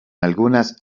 algunas